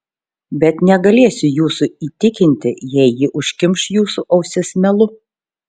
bet negalėsiu jūsų įtikinti jei ji užkimš jūsų ausis melu